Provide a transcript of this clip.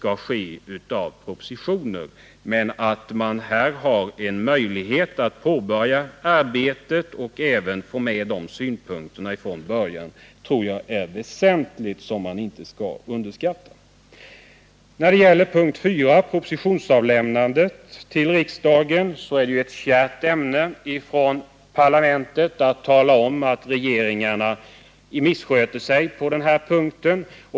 Att lagrådet tidigt har en möjlighet att påbörja arbetet och från början få med sina synpunkter tror jag är någonting väsentligt som man inte skall underskatta. När det gäller avsnittet 4, Propositionsavlämnandet till riksdagen, så är det ju ett kärt ämne för parlamentet att tala om att regeringarna missköter sig på denna punkt.